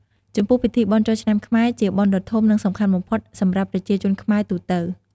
ចំពោះពិធីបុណ្យចូលឆ្នាំខ្មែរជាបុណ្យដ៏ធំ និងសំខាន់បំផុតសម្រាប់ប្រជាជនខ្មែរទូទៅ។